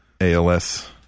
ALS